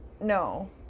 no